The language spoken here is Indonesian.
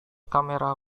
kamera